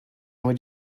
would